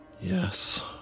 yes